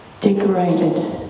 decorated